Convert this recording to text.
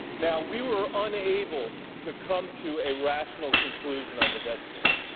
now, we were unable to come to a rational conclusion on the debt ceiling,